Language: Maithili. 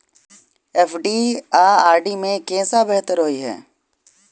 एफ.डी आ आर.डी मे केँ सा बेहतर होइ है?